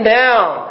down